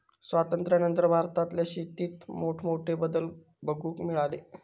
स्वातंत्र्यानंतर भारतातल्या शेतीत मोठमोठे बदल बघूक मिळाले